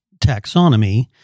taxonomy